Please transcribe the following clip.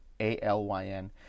A-L-Y-N